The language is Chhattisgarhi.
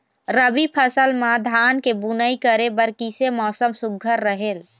रबी फसल म धान के बुनई करे बर किसे मौसम सुघ्घर रहेल?